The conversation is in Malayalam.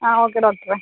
ഓക്കേ ഡോക്ടറെ